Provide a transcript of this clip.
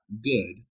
good